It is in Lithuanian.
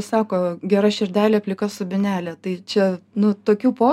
sako gera širdelė plika subinelė tai čia nu tokių po